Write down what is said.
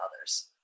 others